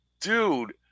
dude